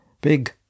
big